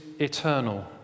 eternal